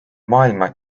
maailma